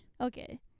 Okay